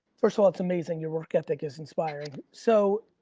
first of all, it's amazing, your work ethic is inspiring. so,